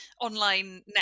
online